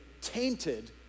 tainted